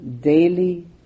daily